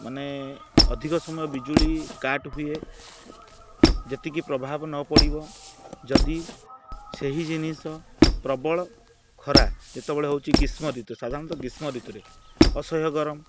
ମାନେ ଅଧିକ ସମୟ ବିଜୁଳି କାଟ୍ ହୁଏ ଯେତିକି ପ୍ରଭାବ ନ ପଡ଼ିବ ଯଦି ସେହି ଜିନିଷ ପ୍ରବଳ ଖରା ଯେତେବେଳେ ହେଉଛି ଗ୍ରୀଷ୍ମ ଋତୁ ସାଧାରଣତଃ ଗ୍ରୀଷ୍ମ ଋତୁରେ ଅସହ୍ୟ ଗରମ